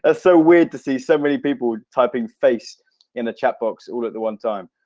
ah so weird to see so many people typing face in the chatbox all at the one time